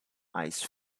ice